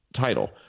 title